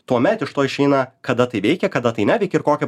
tuomet iš to išeina kada tai veikia kada tai neveikia ir kokią